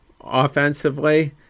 offensively